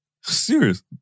Serious